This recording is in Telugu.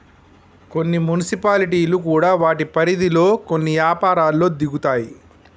కొన్ని మున్సిపాలిటీలు కూడా వాటి పరిధిలో కొన్ని యపారాల్లో దిగుతాయి